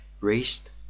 raised